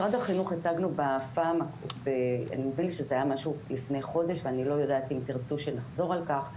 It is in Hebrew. הצגנו לפני חודש ואני לא יודעת אם תרצו שנחזור על כך,